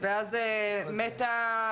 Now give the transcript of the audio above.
ואז "מטא"